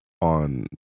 on